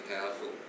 powerful